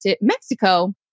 Mexico